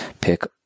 pick